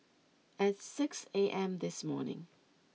at six A M this morning